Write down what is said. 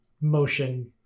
motion